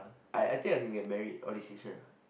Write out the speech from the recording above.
I I think I can get merit or distinction